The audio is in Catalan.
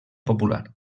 popular